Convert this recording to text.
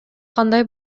кандай